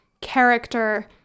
character